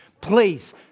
Please